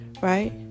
right